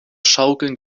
schaukeln